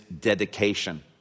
dedication